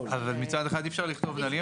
מצד אחד אי אפשר לכתוב נהלים,